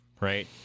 right